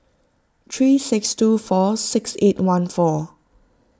three six two four six eight one four